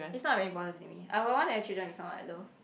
it's not very important to me I would want to have children with someone I love